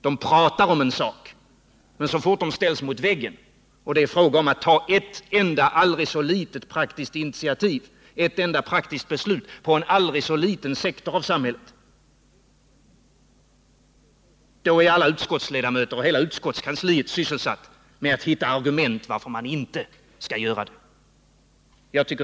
De talar om en sak, men så fort de ställs mot väggen och det är fråga om att ta ett enda aldrig så litet praktiskt initiativ eller beslut inom en aldrig så liten sektor av samhället, då är alla utskottsledamöter och hela utskottskansliet sysselsatta med att hitta argument för att man inte skall göra det.